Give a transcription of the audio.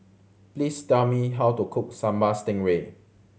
please tell me how to cook Sambal Stingray